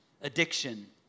addiction